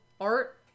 art